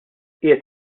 qiegħed